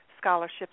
scholarships